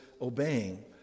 obeying